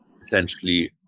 essentially